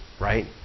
right